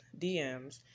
DMs